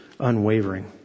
unwavering